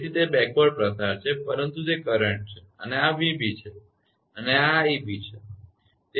તેથી તે બેકવર્ડ પ્રસાર છે પરંતુ તે કરંટ છે અને આ 𝑣𝑏 છે અને આ 𝑖𝑏 છે બરાબર